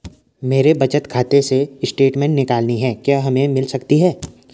मेरे बचत खाते से स्टेटमेंट निकालनी है क्या हमें मिल सकती है?